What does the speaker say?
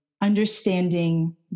understanding